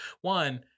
one